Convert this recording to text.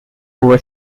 over